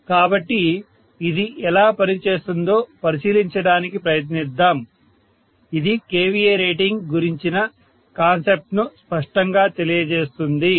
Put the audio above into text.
కాబట్టి ఇది ఎలా పనిచేస్తుందో పరిశీలించడానికి ప్రయత్నిద్దాం ఇది kVA రేటింగ్ గురించిన కాన్సెప్ట్ ను స్పష్టంగా తెలియజేస్తుంది